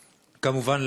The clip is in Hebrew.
כמובן,